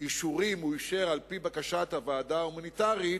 אישורים הוא אישר על-פי בקשת הוועדה ההומניטרית,